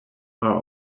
are